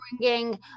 bringing